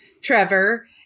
Trevor